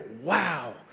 wow